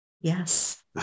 Yes